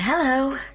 Hello